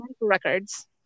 records